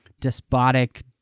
despotic